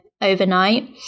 Overnight